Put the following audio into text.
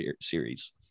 series